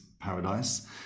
paradise